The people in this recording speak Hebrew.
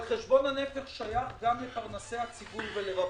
אבל חשבון הנפש שייך גם לפרנסי הציבור ולרבניו.